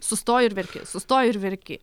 sustoji ir verki sustoji ir verki